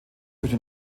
durch